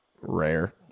Rare